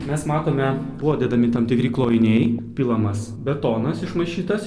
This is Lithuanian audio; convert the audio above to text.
mes matome buvo dedami tam tikri klojiniai pilamas betonas išmaišytas